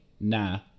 nah